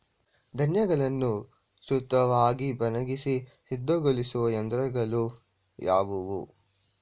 ಧಾನ್ಯಗಳನ್ನು ಕೃತಕವಾಗಿ ಒಣಗಿಸಿ ಸಿದ್ದಗೊಳಿಸುವ ಯಂತ್ರಗಳು ಯಾವುವು?